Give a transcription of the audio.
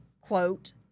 quote